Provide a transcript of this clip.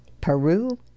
Peru